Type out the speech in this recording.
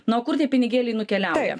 na o kur tie pinigėliai nukeliauja